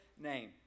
name